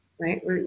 right